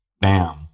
bam